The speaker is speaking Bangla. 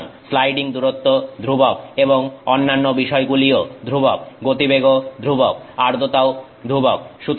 সুতরাং স্লাইডিং দূরত্ব ধ্রুবক এবং অন্যান্য বিষয়গুলিও ধ্রুবক গতিবেগও ধ্রুবক আর্দ্রতাও ধ্রুবক